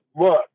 look